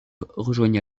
rejoignent